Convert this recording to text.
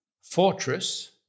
fortress